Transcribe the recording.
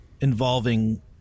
involving